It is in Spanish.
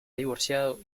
divorciado